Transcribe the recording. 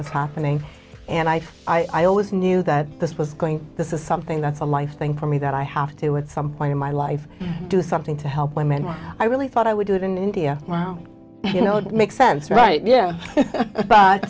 was happening and i i always knew that this was going this is something that's a life thing for me that i have to at some point in my life do something to help women i really thought i would do it in india wow you know it makes sense right yeah